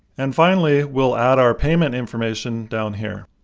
and finally we'll add our payment information down here.